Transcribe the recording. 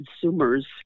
consumers